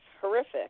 horrific